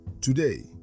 Today